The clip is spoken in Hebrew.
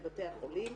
לבתי החולים,